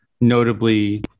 notably